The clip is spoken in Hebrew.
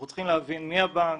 אנחנו צריכים להבין מי הבנק,